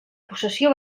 possessió